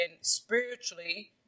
spiritually